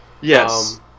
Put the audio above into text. Yes